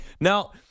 Now